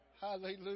Hallelujah